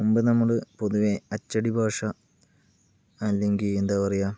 മുമ്പ് നമ്മള് പൊതുവെ അച്ചടി ഭാഷ അല്ലെങ്കിൽ എന്താ പറയുക